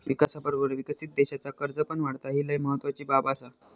विकासाबरोबर विकसित देशाचा कर्ज पण वाढता, ही लय महत्वाची बाब आसा